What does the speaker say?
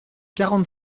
quarante